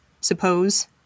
suppose